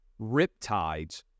Riptides